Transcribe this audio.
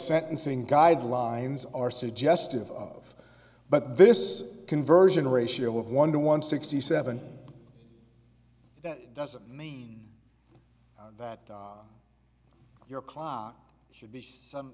sentencing guidelines are suggestive of but this conversion ratio of one to one sixty seven doesn't mean that your clock should be